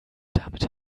damit